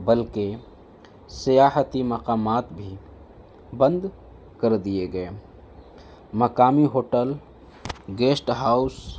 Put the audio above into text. بلکہ سیاحتی مقامات بھی بند کر دیے گئے مقامی ہوٹل گیسٹ ہاؤس